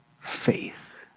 Faith